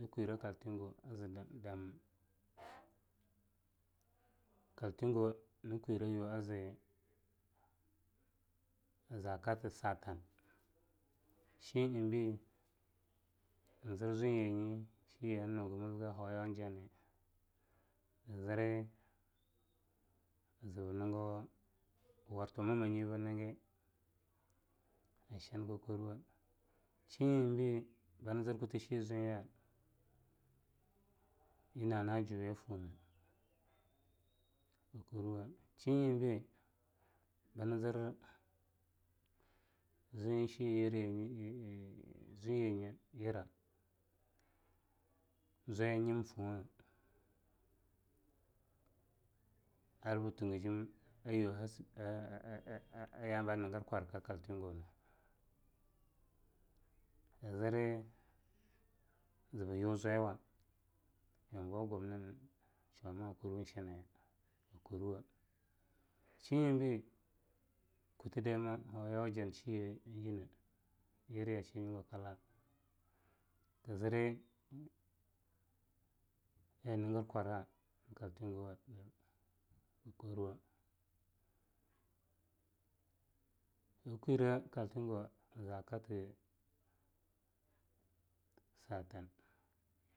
Kkwire a Kaltungo, Kaltungo nkwiruwe a ze aza kastsatan, shin'a eingbei nz zwinya nyi a nugamilge hoyawa an janina, nzri zbngo bwar tuma ma nye bngi ashaan kkurwe. shi'en'a eingbei, ba nzr kute shi zwinya na'a na juwiya fonne ashaan kkurwe, shien'a eingbei ba nz zwinya shyirie yane zwinya nye, yira zwaya nyim funwe ar btungijem ayu aaa aya'a eing ba ngr kwarka a Kaltungona kzkri zbyuzwai wa yambauwa a yumnin shauma a kurwe nshine kkurwe. shien'a eingbei kutdeme hoyawa ajan shiyenyina yiro ya shannyigwakala kzri aya ngr kwar'a a Kaltungo kkurwe nkwine a Kaltungo aza kata satan.